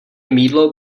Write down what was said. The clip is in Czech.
mýdlo